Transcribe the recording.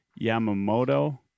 Yamamoto